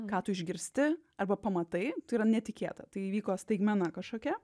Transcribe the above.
ką tu išgirsti arba pamatai tai yra netikėta tai įvyko staigmena kažkokia